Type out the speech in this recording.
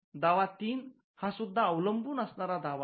दावा ३ हा सुद्धा अवलंबून असणारा दावा आहे